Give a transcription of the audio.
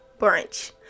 brunch